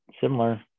similar